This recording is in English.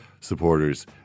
supporters